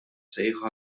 sejħa